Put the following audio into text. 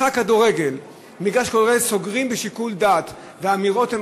מגרש כדורגל סוגרים בשיקול דעת והאמירות הן